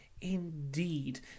indeed